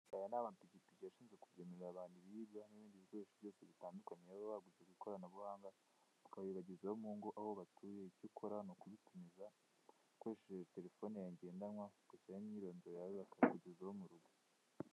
Aya nI amapikipi ashinzwe kugemurira abantu ibiribwa n'ibindi bikoresho byose bitandukanye baba baguze kw'ikoranabuhanga, bakabibagezaho mu ngo aho batuye; icyo ukora ni ukubitumiza ukoresheje telefone yawe ngendanwa, ugakurikizaho imyirondoro yawe bakabikugezaho mu rugo.